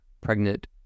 pregnant